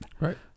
Right